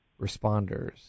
responders